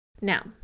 Now